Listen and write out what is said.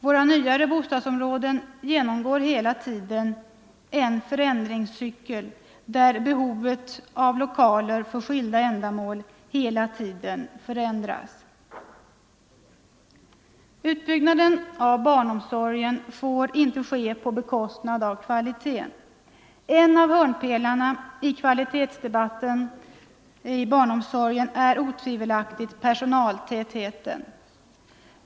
Våra nyare bostadsområden genomgår en ständig förändringscykel, där behovet av lokaler för skilda ändamål hela tiden förändras. Utbyggnaden av barnomsorg får inte ske på bekostnad av kvaliteten. En av hörnpelarna i kvalitetsdebatten när det gäller barnomsorgen är otvivelaktigt personaltätheten.